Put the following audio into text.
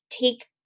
Take